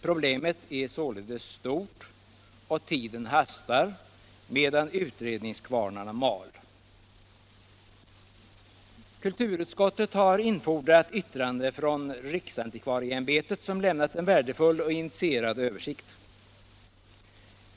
Problemet är således stort, och tiden hastar medan utredningskvarnarna mal. Kulturutskottet har infordrat yttrande från riksantikvarieämbetet, som lämnat en värdefull och initierad översikt.